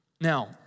Now